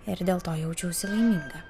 ir dėl to jaučiausi laiminga